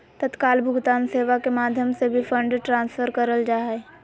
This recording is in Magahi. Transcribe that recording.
तत्काल भुगतान सेवा के माध्यम से भी फंड ट्रांसफर करल जा हय